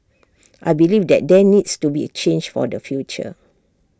I believe that there needs to be change for the future